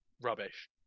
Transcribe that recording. rubbish